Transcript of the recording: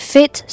Fit